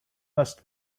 must